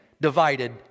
divided